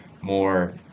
more